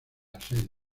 asedio